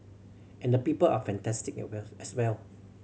and the people are fantastic well as well